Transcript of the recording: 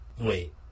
Wait